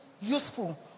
useful